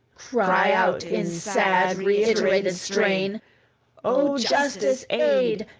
cry out in sad reiterated strain o justice, aid!